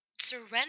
surrender